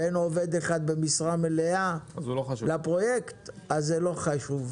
ואין עובד אחד במשרה מלאה לפרויקט -- אז זה לא חשוב.